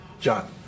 John